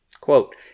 Quote